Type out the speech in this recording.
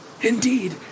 Indeed